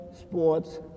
sports